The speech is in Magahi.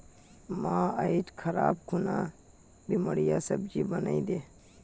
मां, आइज खबार खूना लोबियार सब्जी बनइ दे